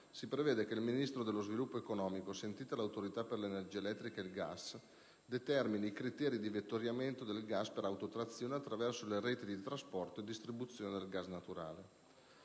si prevede che il Ministro dello sviluppo economico, sentita l'Autorità per l'energia elettrica e il gas, determini i criteri di vettoriamento del gas per autotrazione attraverso le reti di trasporto e distribuzione del gas naturale.